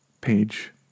Page